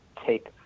Take